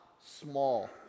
small